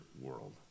world